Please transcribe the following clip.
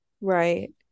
Right